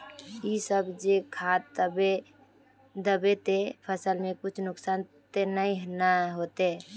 इ सब जे खाद दबे ते फसल में कुछ नुकसान ते नय ने होते